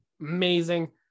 amazing